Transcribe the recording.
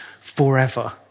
forever